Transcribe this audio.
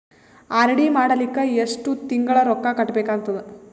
RD ಮಾಡಲಿಕ್ಕ ಎಷ್ಟು ತಿಂಗಳ ರೊಕ್ಕ ಕಟ್ಟಬೇಕಾಗತದ?